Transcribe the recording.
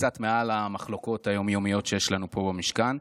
קצת מעל המחלוקות היום-יומיות שיש לנו כאן במשכן,